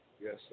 Yes